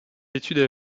études